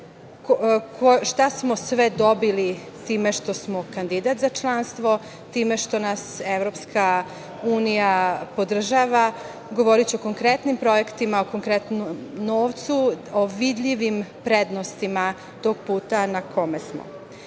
šta smo sve dobili time što smo kandidat za članstvo, time što nas EU podržava. Govoriću o konkretnim projektima, o konkretnom novcu, o vidljivim prednostima tog puta na kome